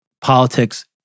politics